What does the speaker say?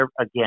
again